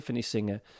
singer